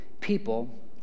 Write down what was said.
people